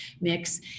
mix